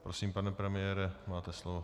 Prosím, pane premiére, máte slovo.